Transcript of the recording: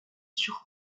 sur